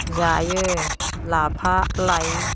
जायो लाफा लाइ